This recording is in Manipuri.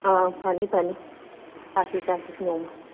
ꯑꯥ ꯐꯅꯤ ꯐꯅꯤ ꯆꯥꯁꯤ ꯆꯥꯁꯤ ꯅꯣꯡꯃ